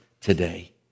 today